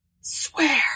Swear